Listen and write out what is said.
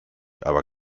aber